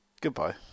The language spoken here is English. Goodbye